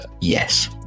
Yes